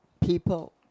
People